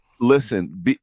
Listen